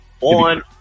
on